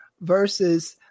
versus